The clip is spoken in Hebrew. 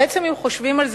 בעצם אם חושבים על זה,